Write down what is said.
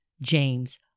James